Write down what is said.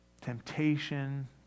temptation